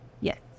Yes